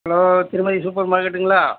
hello திருமதி super மார்க்கெட்டுங்களா